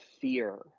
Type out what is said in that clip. fear